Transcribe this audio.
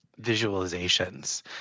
visualizations